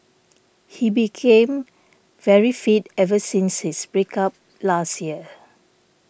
he became very fit ever since his break up last year